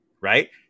right